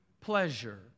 pleasure